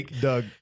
Doug